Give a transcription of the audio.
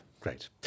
Great